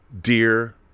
Dear